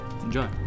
Enjoy